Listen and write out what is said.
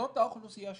זו האוכלוסייה שלנו.